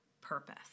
purpose